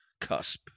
Cusp